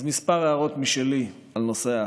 אז כמה הערות משלי על נושא האחדות: